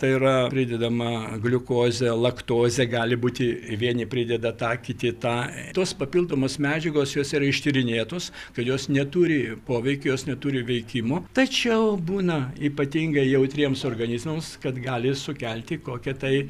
tai yra pridedama gliukozė laktozė gali būti vieni prideda tą kiti tą tos papildomos medžiagos jos yra ištyrinėtos kad jos neturi poveikio jos neturi veikimo tačiau būna ypatingai jautriems organizmams kad gali sukelti kokią tai